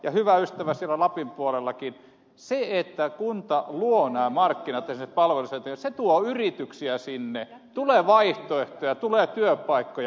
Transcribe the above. ja hyvä ystävä siellä lapin puolellakin se että kunta luo nämä markkinat sille palvelusetelille se tuo yrityksiä sinne tulee vaihtoehtoja tulee työpaikkoja